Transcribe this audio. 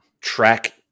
track